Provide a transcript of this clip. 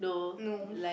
no